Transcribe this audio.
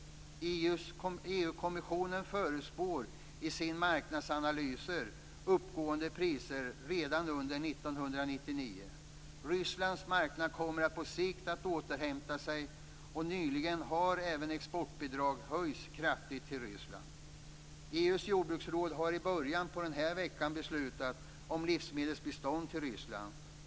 EU kommissionen förutspår i sina marknadsanalyser uppåtgående priser redan under 1999. Rysslands marknad kommer på sikt att återhämta sig, och nyligen har även exportbidragen till Ryssland höjts kraftigt. EU:s jordbruksråd har i början av denna vecka beslutat om livsmedelsbistånd till Ryssland.